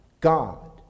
God